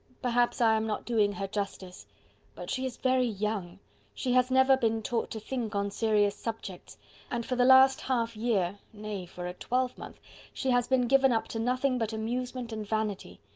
perhaps i am not doing her justice but she is very young she has never been taught to think on serious subjects and for the last half-year, nay, for a twelvemonth she has been given up to nothing but amusement and vanity.